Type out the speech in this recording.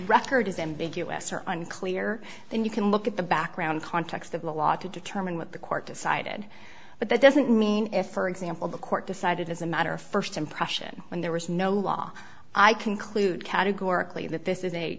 record is ambiguous unclear then you can look at the background context of the law to determine what the court decided but that doesn't mean if for example the court decided as a matter of first impression when there was no law i conclude categorically that this is a